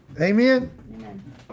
Amen